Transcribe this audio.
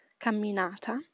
camminata